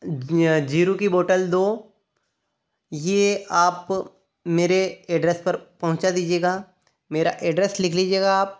जीरु की बोटल दो ये आप मेरे एड्रेस पर पहुँचा दीजिएगा मेरा एड्रेस लिख लीजिएगा आप